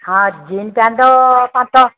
ହଁ jean pant